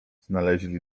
znaleźli